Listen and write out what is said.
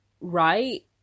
right